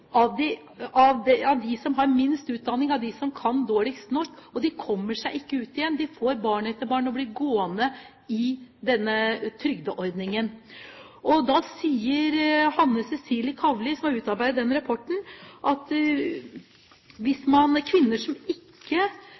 de innvandrerkvinnene som har minst utdanning, de som kan dårligst norsk. De kommer seg ikke ut igjen. De får barn etter barn og blir gående i denne trygdeordningen. Hanne Cecilie Kavli, som har utarbeidet denne rapporten, sier: «Kvinner som ikke snakker norsk og som